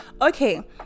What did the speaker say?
Okay